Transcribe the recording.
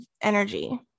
energy